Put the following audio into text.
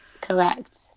Correct